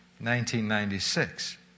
1996